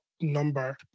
number